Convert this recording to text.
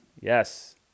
yes